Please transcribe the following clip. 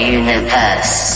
universe